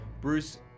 Bruce